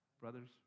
Brothers